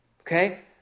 Okay